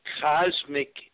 cosmic